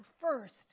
first